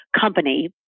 company